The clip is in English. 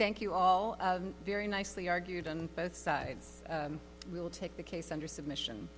thank you all very nicely argued on both sides will take the case under submission